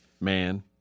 man